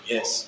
Yes